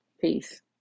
Peace